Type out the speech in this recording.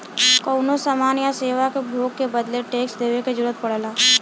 कउनो समान या सेवा के उपभोग के बदले टैक्स देवे क जरुरत पड़ला